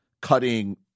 cutting